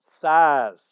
size